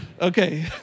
Okay